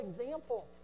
example